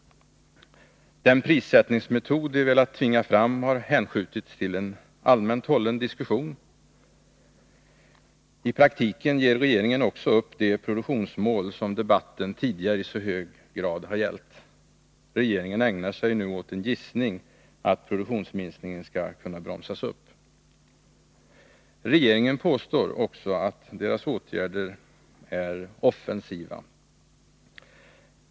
Den prissättningsmetod de velat tvinga fram har hänskjutits till en allmänt hållen diskussion. I praktiken ger regeringen också upp de produktionsmål som debatten tidigare i så hög grad har gällt. Regeringen ägnar sig nu åt en gissning, att produktionsminskningen skall kunna bromsas upp. Regeringen påstår att dess åtgärder är ”offensiva”.